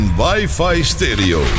wifi-stereo